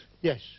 Yes